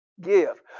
Give